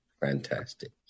fantastic